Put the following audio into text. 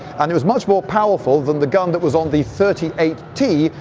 and it was much more powerful than the gun that was on the thirty eight t,